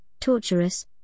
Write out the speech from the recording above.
torturous